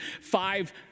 five